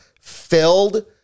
filled